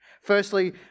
Firstly